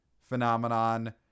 phenomenon